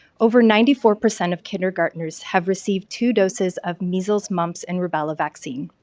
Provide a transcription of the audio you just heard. over ninety four percent of kindergarteners have received two doses of measles, mumps, and rubella vaccine.